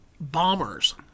bombers